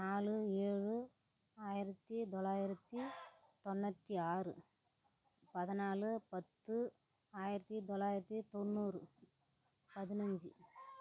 நாலு ஏழு ஆயிரத்து தொள்ளாயிரத்து தொண்ணூற்றி ஆறு பதினாலு பத்து ஆயிரத்து தொள்ளாயிரத்து தொண்ணூறு பதினஞ்சு